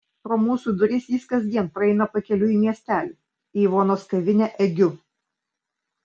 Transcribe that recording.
pro mūsų duris jis kasdien praeina pakeliui į miestelį į ivonos kavinę egiu